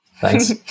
Thanks